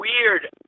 weird